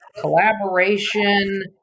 collaboration